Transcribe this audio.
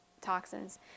toxins